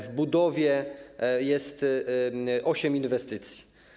W budowie jest osiem inwestycji.